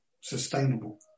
sustainable